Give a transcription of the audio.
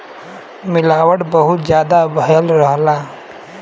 मिलावट बहुत जादा भयल रहला